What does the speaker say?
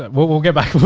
ah well well get back.